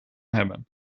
hebben